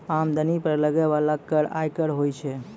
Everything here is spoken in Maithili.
आमदनी पर लगै बाला कर आयकर होय छै